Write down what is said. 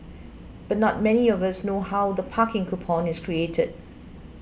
but not many of us know how the parking coupon is created